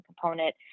component